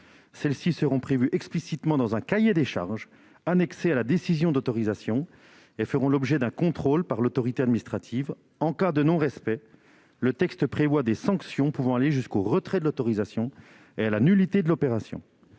dernières seront prévues explicitement dans un cahier des charges annexé à la décision d'autorisation et feront l'objet d'un contrôle par l'autorité administrative. En cas de non-respect, le présent texte prévoit des sanctions pouvant aller jusqu'au retrait de l'autorisation et à la nullité de l'opération.